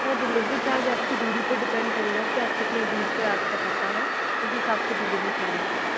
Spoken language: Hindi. सर डिलिवरी चार्ज आपकी दूरी पर डिपेंड करेगा कि आप कितने दूर पर आपका पता है उस हिसाब से डिलिवरी चाज लगेगा